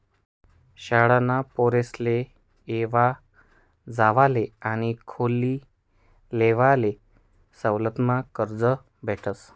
शाळाना पोरेसले येवा जावाले आणि खोली लेवाले सवलतमा कर्ज भेटस